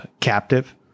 captive